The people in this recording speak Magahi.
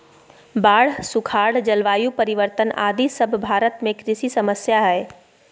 बाढ़, सुखाड़, जलवायु परिवर्तन आदि सब भारत में कृषि समस्या हय